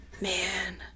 Man